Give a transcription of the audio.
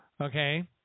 okay